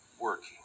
working